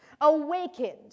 awakened